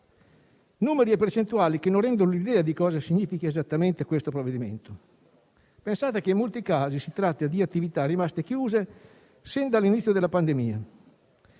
numeri e percentuali che non rendono l'idea di cosa significhi esattamente questo provvedimento. Pensate che in molti casi si tratta di attività rimaste chiuse sin dall'inizio della pandemia: